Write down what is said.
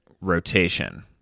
rotation